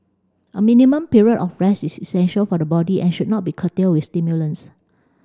a minimum period of rest is essential for the body and should not be curtailed with stimulants